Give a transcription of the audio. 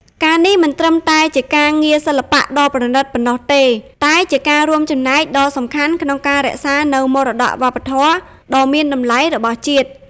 ការណ៍នេះមិនត្រឹមតែជាការងារសិល្បៈដ៏ប្រណីតប៉ុណ្ណោះទេ តែជាការរួមចំណែកដ៏សំខាន់ក្នុងការ រក្សានូវមរតកវប្បធម៌ ដ៏មានតម្លៃរបស់ជាតិ។